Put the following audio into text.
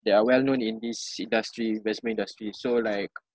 that are well known in this industry investment industry so like